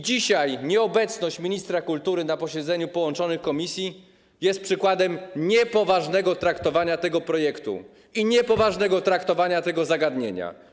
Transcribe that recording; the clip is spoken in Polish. Dzisiaj nieobecność ministra kultury na posiedzeniu połączonych komisji jest przykładem niepoważnego traktowania tego projektu i niepoważnego traktowania tego zagadnienia.